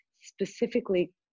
specifically